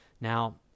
Now